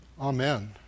amen